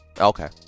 Okay